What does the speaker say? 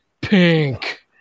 pink